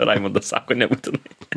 raimondas sako nebūtinai